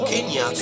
Kenya